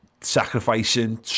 sacrificing